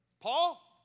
Paul